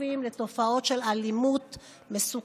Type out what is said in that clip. חשופים לתופעות מסוכנות